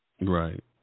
Right